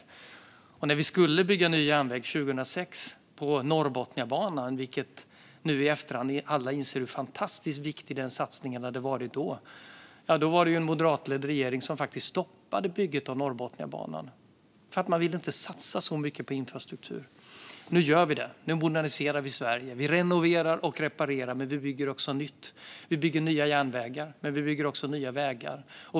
När ny järnväg skulle byggas 2006 på Norrbotniabanan - alla inser i efterhand hur fantastiskt viktig den satsningen hade varit då - var det en moderatledd regering som faktiskt stoppade bygget av Norrbotniabanan. Man ville inte satsa så mycket på infrastruktur. Nu gör vi det. Nu moderniserar vi Sverige. Vi renoverar och reparerar, men vi bygger också nytt. Vi bygger nya järnvägar, men vi bygger också nya vägar.